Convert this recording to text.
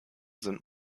sind